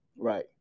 Right